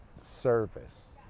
service